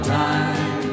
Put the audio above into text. time